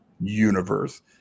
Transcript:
universe